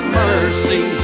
mercy